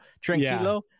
Tranquilo